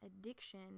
addiction